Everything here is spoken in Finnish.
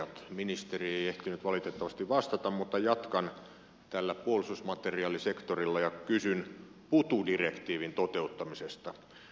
ministeri ei ehtinyt valitettavasti vastata mutta jatkan tällä puolustusmateriaalisektorilla ja kysyn putu direktiivin toteuttamisesta